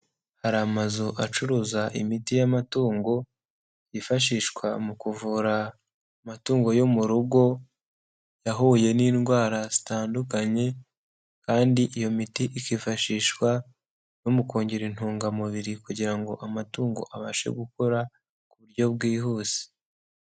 Hari amazu acuruza imiti y'amatungo yifashishwa mu kuvura amatungo yo mu rugo yahuye n'indwara zitandukanye, kandi iyo miti ikifashishwa no mu kongera intungamubiri, kugira ngo amatungo abashe gukura ku buryo bwihuse.